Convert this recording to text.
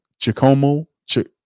Chicomo